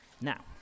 Now